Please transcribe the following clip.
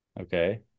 Okay